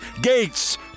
Gates